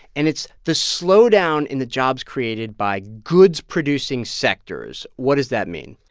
and it's the slowdown in the jobs created by goods-producing sectors. what does that mean?